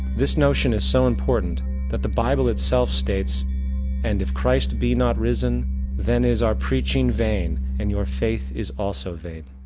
this notion is so important that the bible itself states and if christ be not risen then is our preaching vain and your faith is also vain